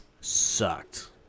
sucked